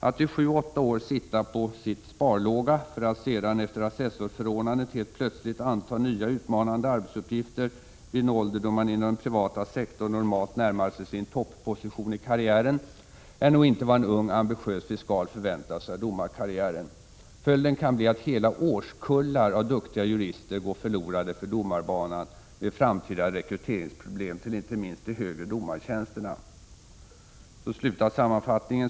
——— Att i sju-åtta år sitta på 'sparlåga” för att sedan efter assessorsförordnandet helt plötsligt anta nya utmanande arbetsuppgifter vid en ålder då man inom den privata sektorn normalt närmar sig sin ”topposition” i karriären, är nog inte vad en ung ambitiös fiskal förväntat sig av domarkarriären. Följden kan bli att hela årskullar av duktiga jurister går förlorade för domarbanan med framtida rekryteringsproblem till inte minst de högre domartjänsterna.